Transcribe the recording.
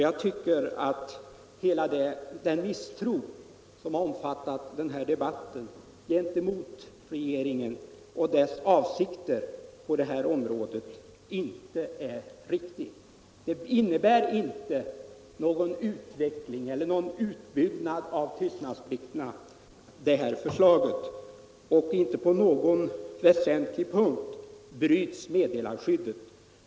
Jag tycker att den misstro gentemot regeringen och dess avsikter på detta område, som har präglat denna debatt, inte är riktig. Det här förslaget innebär inte någon utveckling eller någon utbyggnad av tystnadsplikterna, och inte på någon väsentlig punkt bryts meddelarskyddet.